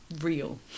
real